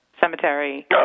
cemetery